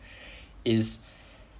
is